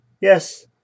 Yes